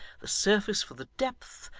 the surface for the depth,